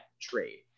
trade